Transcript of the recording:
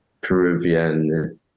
Peruvian